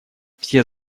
все